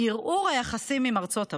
ערעור היחסים עם ארצות הברית,